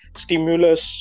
stimulus